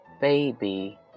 Baby